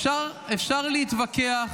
אפשר להתווכח